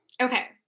Okay